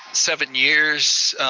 seven years,